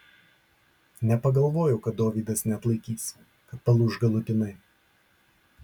nepagalvojau kad dovydas neatlaikys kad palūš galutinai